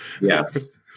Yes